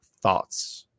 thoughts